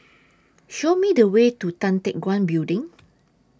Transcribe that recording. Show Me The Way to Tan Teck Guan Building